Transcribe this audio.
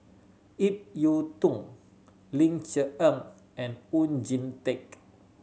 Ip Yiu Tung Ling Cher Eng and Oon Jin Teik